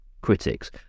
critics